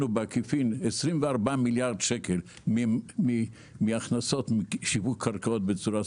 או בעקיפין 24 מיליארד שקל מהכנסות שיווק קרקעות בצורה ספקולטיבית,